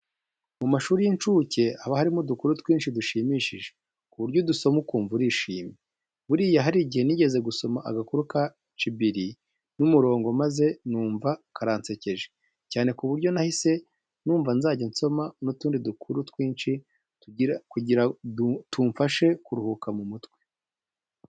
Mu mashuri y'inshuke haba harimo udukuru twinshi dushimishije ku buryo udusoma ukumva urishimye. Buriya hari igihe nigeze gusoma agakuru ka Cibiri n'umurongo maze numva karansekeje cyane ku buryo nahise numva nzajya nsoma n'utundi dukuru twinshi kugira tumfashe kuruhuka mu mutwe.